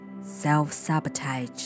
self-sabotage